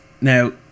Now